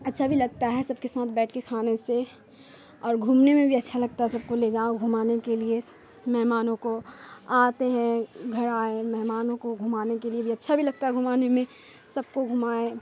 اچھا بھی لگتا ہے سب کے ساتھ بیٹھ کے کھانے سے اور گھومنے میں بھی اچھا لگتا ہے سب کو لے جاؤ گھمانے کے لیے مہمانوں کو آتے ہیں گھر آئے مہمانوں کو گھمانے کے لیے بھی اچھا بھی لگتا ہے گھمانے میں سب کو گھمائیں